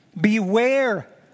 beware